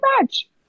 match